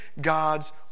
God's